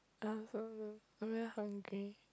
I also I very hungry